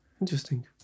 interesting